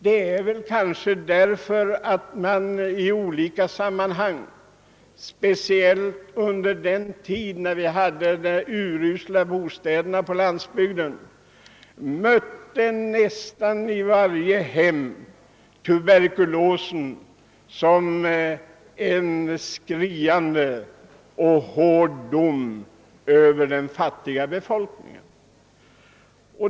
Att jag tillmäter lungmedicinen så oerhört stor betydelse beror kanske på att man speciellt under den tid då vi hade urusla bostäder på landsbygden i nästan varje hem mötte tuberkulosen som en skriande och hård dom över den fattiga befolkningen.